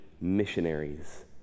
missionaries